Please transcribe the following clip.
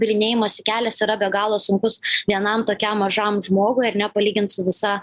bylinėjimosi kelias yra be galo sunkus vienam tokiam mažam žmogui ar ne palygint su visa